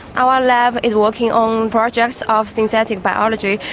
our lab is working on projects of synthetic biology.